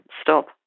stop